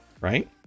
Right